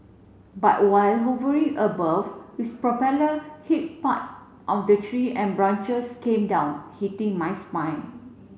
but while hovering above its propeller hit part of the tree and branches came down hitting my spine